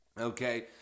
Okay